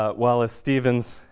ah wallace stevens,